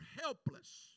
helpless